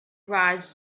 rice